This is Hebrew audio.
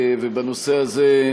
בנושא הזה,